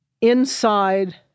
inside